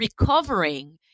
recovering